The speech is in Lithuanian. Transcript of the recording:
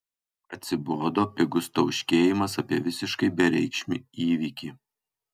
atsibodo pigus tauškėjimas apie visiškai bereikšmį įvykį